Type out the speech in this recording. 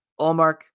Allmark